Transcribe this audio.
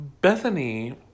Bethany